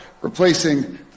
replacing